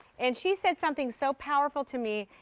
and she said something so powerful to me.